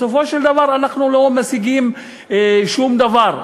בסופו של דבר אנחנו לא משיגים שום דבר.